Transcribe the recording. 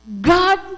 God